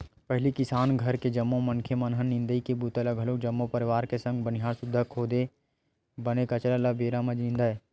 पहिली किसान घर के जम्मो मनखे मन ह निंदई के बूता ल घलोक जम्मो परवार के संग बनिहार सुद्धा खुदे बन कचरा ल बेरा म निंदय